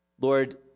Lord